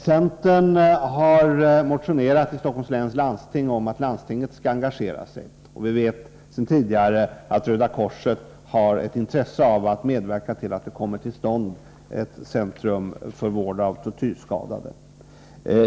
Centern har motionerat i Stockholms läns landsting om att landstinget skall engagera sig, och vi vet sedan tidigare att Röda korset har ett intresse av att medverka till att ett centrum för vård av tortyrskadade kommer till stånd.